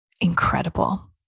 incredible